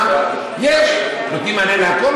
מה, נותנים מענה לכול?